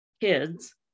kids